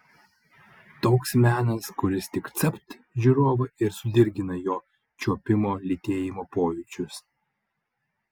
toks menas kuris tik capt žiūrovą ir sudirgina jo čiuopimo lytėjimo pojūčius